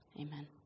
Amen